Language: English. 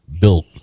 built